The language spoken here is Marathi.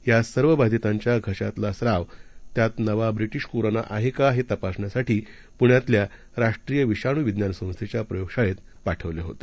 या सर्व बाधितांच्या घशातला स्राव त्यात नवा ब्रिटिश कोरोना आहे का हे तपासण्यासाठी पुण्यातील राष्ट्रीय विषाणू विज्ञान संस्थेच्या प्रयोगशाळेत पाठवले होते